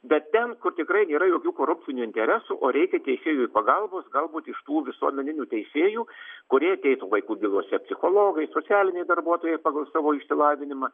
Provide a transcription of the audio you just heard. bet ten kur tikrai nėra jokių korupcinių interesų o reikia teisėjui pagalbos galbūt iš tų visuomeninių teisėjų kurie ateitų vaikų bylose psichologai socialiniai darbuotojai pagal savo išsilavinimą